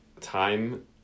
time